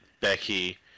Becky